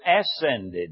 ascended